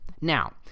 Now